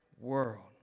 world